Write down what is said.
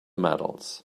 metals